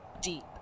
deep